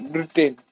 Britain